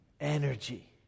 energy